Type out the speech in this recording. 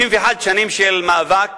61 שנים של מאבק